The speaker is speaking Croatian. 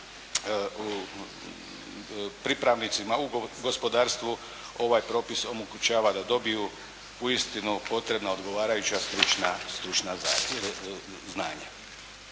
pripravnicima u gospodarstvu, ovaj propis omogućava da dobiju uistinu potrebna odgovarajuća stručna znanja.